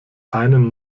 einen